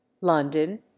London